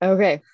Okay